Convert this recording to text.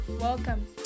Welcome